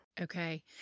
Okay